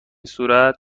صورت